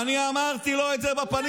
אני אמרתי לו את זה בפנים.